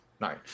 Nice